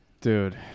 Dude